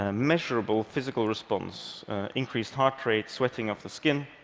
ah measurable physical response increased heart rate, sweating of the skin.